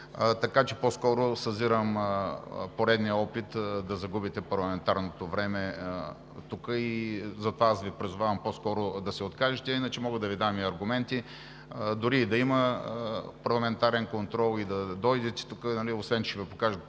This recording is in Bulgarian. Така че тук по-скоро съзирам поредния опит да загубите парламентарното време и затова Ви призовавам по-скоро да се откажете. Иначе мога да Ви дам и аргументи – дори и да има парламентарен контрол и да дойдете тук, освен че ще Ви покажат